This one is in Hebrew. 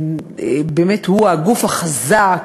שהוא הגוף החזק,